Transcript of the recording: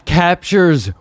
captures